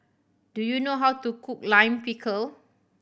do you know how to cook Lime Pickle